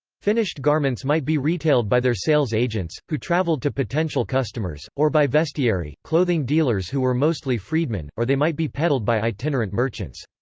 finished garments might be retailed by their sales agents, who travelled to potential customers, or by vestiarii, clothing dealers who were mostly freedmen or they might be peddled by itinerant merchants.